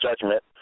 judgment